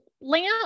lamp